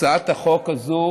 הצעת החוק הזאת